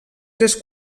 tres